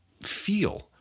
feel